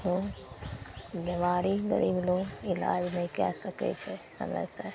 तऽ बेमारी गरीब लोक इलाज नहि कै सकै छै हमेशा